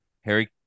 Harry